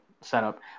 setup